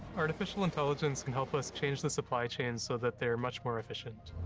artificial intelligence can help us change the supply chains so that they are much more efficient.